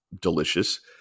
delicious